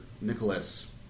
Nicholas